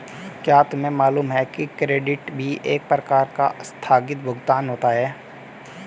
क्या तुम्हें मालूम है कि क्रेडिट भी एक प्रकार का आस्थगित भुगतान होता है?